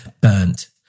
burnt